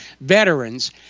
veterans